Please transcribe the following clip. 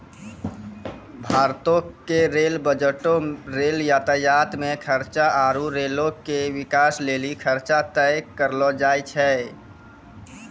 भारतो के रेल बजटो मे रेल यातायात मे खर्चा आरु रेलो के बिकास लेली खर्चा तय करलो जाय छै